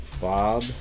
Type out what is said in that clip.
Bob